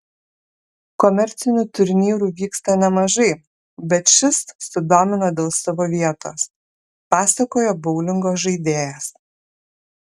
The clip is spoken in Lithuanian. komercinių turnyrų vyksta nemažai bet šis sudomino dėl savo vietos pasakojo boulingo žaidėjas